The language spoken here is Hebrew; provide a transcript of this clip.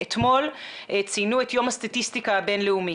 אתמול ציינו את יום הסטטיסטיקה הבינלאומי